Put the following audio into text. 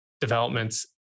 developments